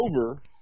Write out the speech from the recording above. over